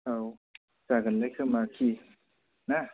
औ जागोनलाय खोमाखि ना